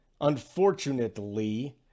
unfortunately